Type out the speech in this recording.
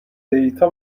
دیتا